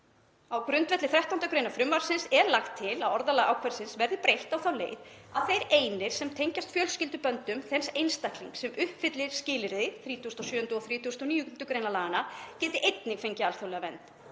Á grundvelli 13. gr. frumvarpsins er lagt til að orðalagi ákvæðisins verði breytt á þá leið að þeir einir sem tengjast fjölskylduböndum þess einstaklings sem uppfyllir skilyrði 37. og 39. gr. laganna geti einnig fengið alþjóðlega vernd,